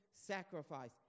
sacrifice